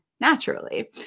naturally